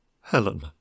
Helen